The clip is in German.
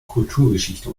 kulturgeschichte